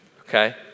Okay